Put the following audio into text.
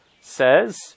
says